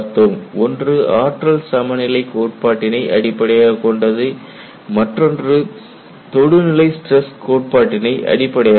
ஒன்று ஆற்றல் சமநிலை கோட்பாட்டினை அடிப்படையாகக் கொண்டது மற்றொன்று அதிகபட்ச தொடுநிலை ஸ்டிரஸ் கோட்பாட்டினை அடிப்படையாகக் கொண்டது